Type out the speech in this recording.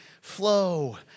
flow